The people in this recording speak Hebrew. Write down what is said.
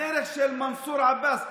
הדרך של מנסור עבאס,